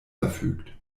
verfügt